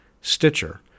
Stitcher